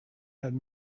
had